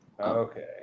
Okay